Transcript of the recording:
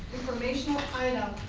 informational item.